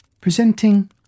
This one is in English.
Presenting